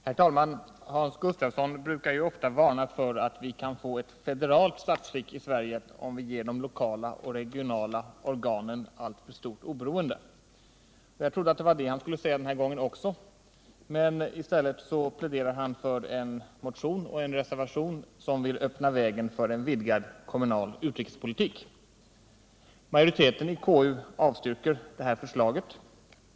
Herr talman! Hans Gustafsson brukar ju ofta varna för att vi kan få ett federalt statsskick i Sverige, om vi ger de lokala och regionala organen alltför stort oberoende. Jag trodde att det var det han skulle säga den här gången också, men i stället pläderade han för en motion och en reservation som vill öppna vägen för en vidgad kommunal utrikespolitik. Majoriteten i KU avstyrkte det här förslaget.